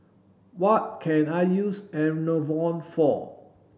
what can I use Enervon for